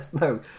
No